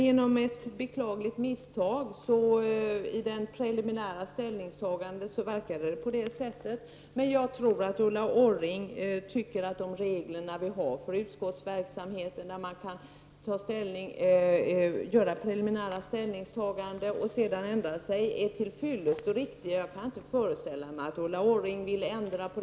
Genom ett beklagligt misstag i det preliminära ställningstagandet verkade det så. Jag tror ändå att Ulla Orring tycker att reglerna för utskottsverksamheten, som innebär att man kan göra preliminära ställningstaganden och sedan ändra sig, är till fyllest och riktiga. Jag kan inte föreställa mig att Ulla Orring vill ändra dem.